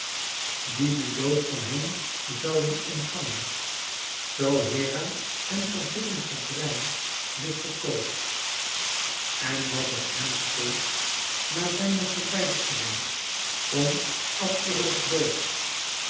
die den dood van hem zouden ontvangen zoo hera hem verhittend het brein dit verkoos en was het hem steeds na zijne verbijstering om abderos dood